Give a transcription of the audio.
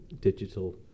digital